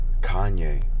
Kanye